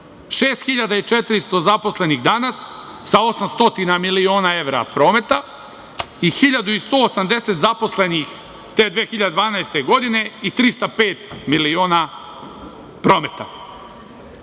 6.400 zaposlenih danas sa 800 miliona evra prometa i 1.180 zaposlenih te 2012. godine i 305 miliona prometa.